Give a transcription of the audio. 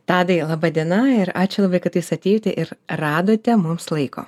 tadai laba diena ir ačiū labai kad jūs atėjote ir radote mums laiko